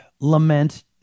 lament